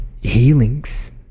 healings